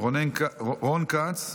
רון כץ,